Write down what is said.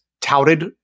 touted